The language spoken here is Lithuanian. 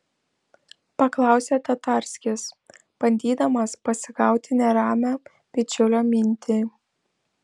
paklausė tatarskis bandydamas pasigauti neramią bičiulio mintį